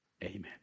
Amen